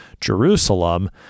Jerusalem